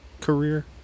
career